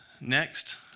Next